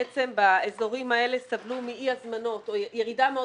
באזורים האלה סבלו מאי הזמנות או ירידה מאוד